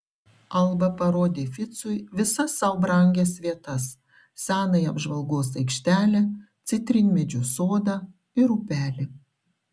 alba parodė ficui visas sau brangias vietas senąją apžvalgos aikštelę citrinmedžių sodą ir upelį